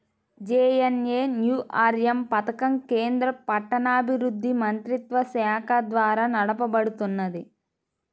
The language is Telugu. జేఎన్ఎన్యూఆర్ఎమ్ పథకం కేంద్ర పట్టణాభివృద్ధి మంత్రిత్వశాఖ ద్వారా నడపబడుతున్నది